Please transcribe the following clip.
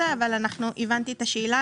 אבל הבנתי את השאלה.